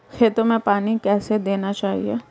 खेतों में पानी कैसे देना चाहिए?